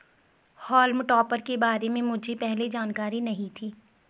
हॉल्म topper के बारे में मुझे पहले जानकारी नहीं थी